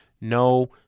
No